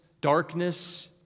darkness